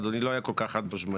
אדוני לא היה כל כך חד משמעי.